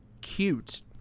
cute